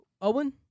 Owen